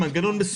מנגנון,